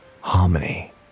harmony